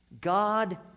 God